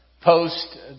post